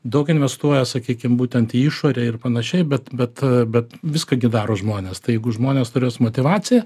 daug investuoja sakykim būtent į išorę ir panašiai bet bet bet viską gi daro žmonės tai jeigu žmonės turės motyvaciją